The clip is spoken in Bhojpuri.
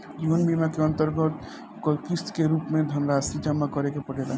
जीवन बीमा के अंतरगत किस्त के रूप में धनरासि जमा करे के पड़ेला